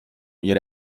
ihre